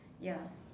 ya